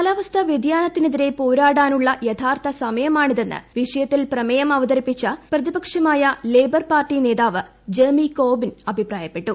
കാലാവസ്ഥ വ്യതിയാനത്തിനെതിരെ പോരാടാനുള്ള ൃത്ഥാർത്ഥ സമയമാണിതെന്ന് വിഷയത്തിൽ പ്രമേയം അവതരിപ്പിച്ചി പ്രതിപക്ഷമായ ലേബർ പാർട്ടി നേതാവ് ജെർമി കോർബിൻ് അഭിപ്രായപ്പെട്ടു